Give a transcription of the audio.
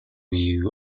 you